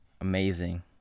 amazing